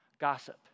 gossip